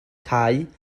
cau